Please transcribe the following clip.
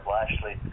Lashley